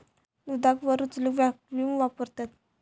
दुधाक वर उचलूक वॅक्यूम वापरतत